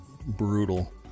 brutal